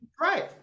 Right